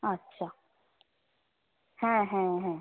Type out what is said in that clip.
আচ্ছা হ্যাঁ হ্যাঁ হ্যাঁ